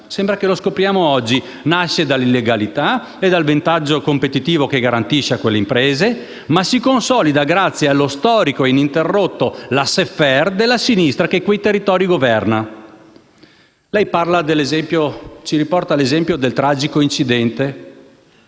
tipo non si improvvisa e nasce dall'illegalità e dal vantaggio competitivo che garantisce quelle imprese, ma si consolida grazie allo storico e ininterrotto *laissez faire* della sinistra che governa quei territori. Lei ci riporta l'esempio del tragico incendio